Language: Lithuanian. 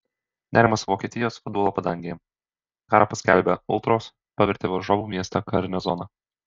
nerimas vokietijos futbolo padangėje karą paskelbę ultros pavertė varžovų miestą karine zona